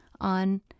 on